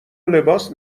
لباس